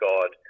God